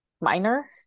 minor